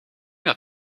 dat